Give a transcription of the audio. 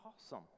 awesome